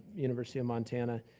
university of montana.